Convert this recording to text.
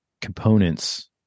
components